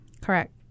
Correct